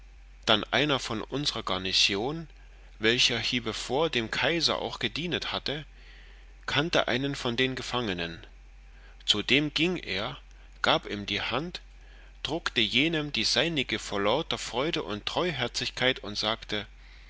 dann einer von unsrer garnison welcher hiebevor dem kaiser auch gedienet hatte kannte einen von den gefangenen zu dem gieng er gab ihm die hand druckte jenem die seinige vor lauter freude und treuherzigkeit und sagte